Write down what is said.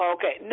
Okay